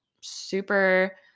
super